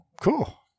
Cool